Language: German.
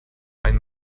ein